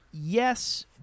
Yes